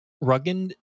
Rugged